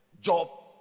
Job